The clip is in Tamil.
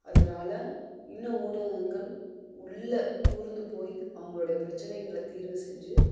அதனால் இன்னும் ஊடகங்கள் உள்ளே கூர்ந்து போய் அவுங்களுடைய பிரச்சனைகளை தீர்வு செஞ்சு